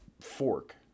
fork